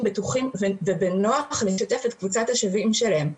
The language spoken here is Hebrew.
בטוחים ובנוח לשתף את קבוצת השווים שלהם.